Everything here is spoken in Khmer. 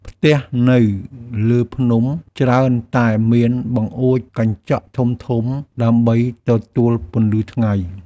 ផ្ទះនៅលើភ្នំច្រើនតែមានបង្អួចកញ្ចក់ធំៗដើម្បីទទួលពន្លឺថ្ងៃ។